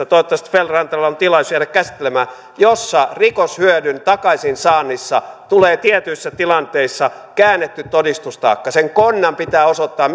toivottavasti feldt rannalla on tilaisuus jäädä sitä käsittelemään jossa rikoshyödyn takaisinsaannissa tulee tietyissä tilanteissa käännetty todistustaakka sen konnan pitää osoittaa